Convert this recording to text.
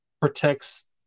protects